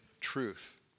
truth